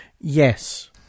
Yes